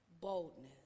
boldness